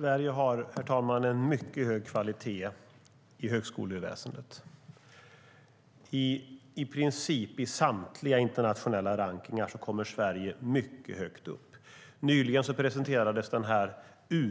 Herr talman! Sverige har en mycket hög kvalitet i högskoleväsendet. I princip i samtliga internationella rankningar kommer Sverige mycket högt upp. Nyligen presenterades den